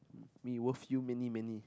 me worth you many many